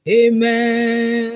amen